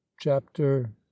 chapter